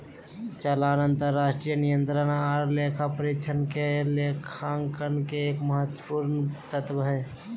चालान आंतरिक नियंत्रण आर लेखा परीक्षक के लेखांकन के एक महत्वपूर्ण तत्व हय